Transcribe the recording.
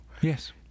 Yes